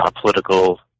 political